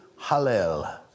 Hallel